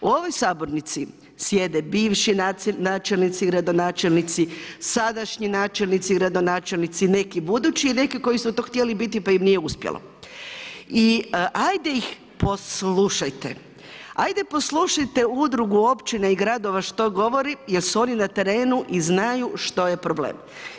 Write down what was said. U ovoj sabornici sjede bivši načelnici, gradonačelnici, sadašnji načelnici i gradonačelnici, neki budući i neki koji su to htjeli biti pa im nije uspjelo i ajde ih poslušajte, ajde poslušajte udrugu općina i gradova što govori jer su oni na terenu i znaju što je problem.